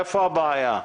איפה הבעיה?